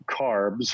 carbs